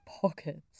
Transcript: pockets